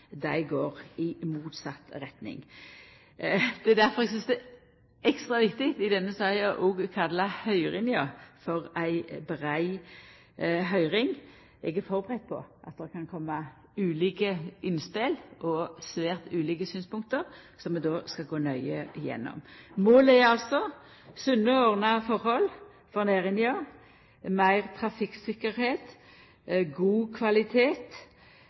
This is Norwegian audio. går i motsett retning. Det er difor eg synest det er ekstra viktig i denne saka å kalla høyringa for ei brei høyring. Eg er førebudd på at det kan koma ulike innspel og svært ulike synspunkt, som eg skal gå nøye igjennom. Målet er altså sunne og ordna forhold for næringa, meir trafikktryggleik, god kvalitet